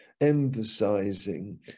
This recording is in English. emphasizing